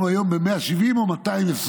אנחנו היום ב-170, או 220,